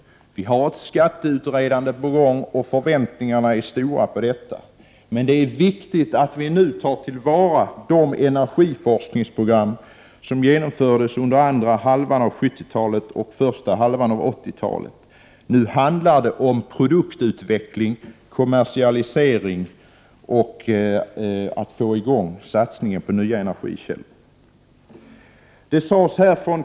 Ett skatteutredande pågår, och förväntningarna är stora på resultatet av detta. Men det är viktigt att nu ta till vara de energiforskningsprogram som genomfördes under andra hälften under 70-talet och första hälften av 80-talet. Nu handlar det om produktutveckling, kommersialisering och om att få i gång en satsning på nya energikällor.